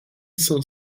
cinq